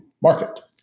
market